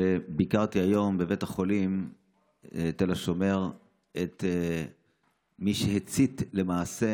ביקרתי היום בבית החולים תל השומר את מי שהצית למעשה